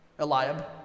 Eliab